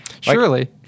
surely